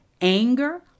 anger